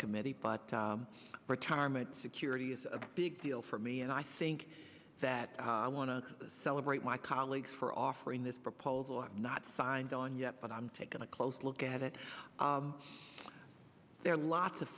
committee but retirement security is a big deal for me and i think that i want to celebrate my colleagues for offering this proposal or not signed on yet but i'm taking a close look at it there are lots of